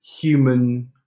human